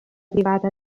privata